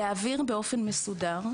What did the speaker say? להעביר באופן מסודר,